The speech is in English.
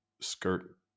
skirt –